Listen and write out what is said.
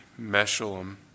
Meshulam